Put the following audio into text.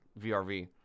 VRV